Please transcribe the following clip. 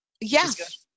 Yes